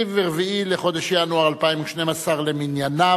24 בחודש ינואר 2012 למניינם.